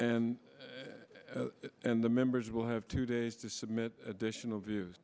and and the members will have two days to submit additional views